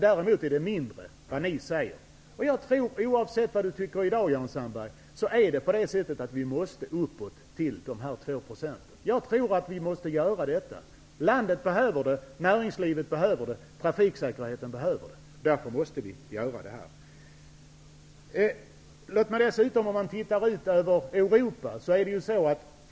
Däremot är de mindre än vad ni säger. Oavsett vad Jan Sandberg tycker i dag måste vi upp, till nivån 2 % av bruttonationalprodukten. Jag tror att vi måste det. Landet behöver det. Näringslivet behöver det. Det är nödvändigt för trafiksäkerheten. Därför måste vi göra det.